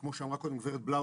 כמו שאמרה קודם ד"ר בלאו,